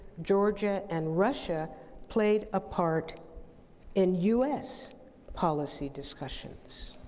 georgia and russia played a part in us policy discussions.